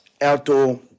outdoor